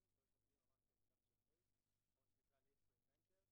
לא מיעוט, לא בינוני, אתה מפספס את